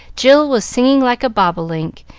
jill was singing like a bobolink,